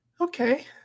Okay